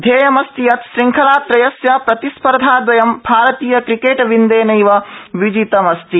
ध्येयमस्ति यत् श्रृंखलात्रयस्य प्रतिस् र्धाद्वयं भारतीय क्रीकेट वृन्देनैव विजितमस्ति